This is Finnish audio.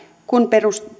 kun